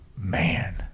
Man